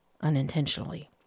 unintentionally